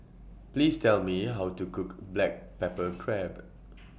Please Tell Me How to Cook Black Pepper Crab